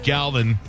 Galvin